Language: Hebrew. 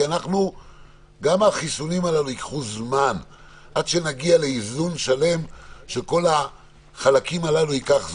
גם החיסונים ייקחו זמן ועד שנגיע לאיזון שלם ייקח זמן.